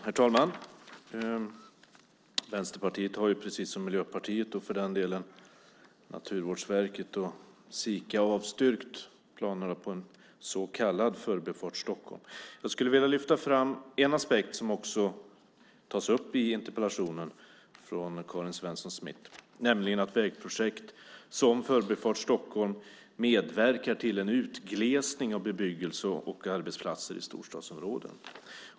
Herr talman! Vänsterpartiet har precis som Miljöpartiet, Naturvårdsverket och Sika avstyrkt planerna på en så kallad Förbifart Stockholm. Jag skulle vilja lyfta fram en aspekt som också tas upp i Karin Svensson Smiths interpellation, nämligen att vägprojekt som Förbifart Stockholm medverkar till en utglesning av bebyggelse och arbetsplatser i storstadsområden.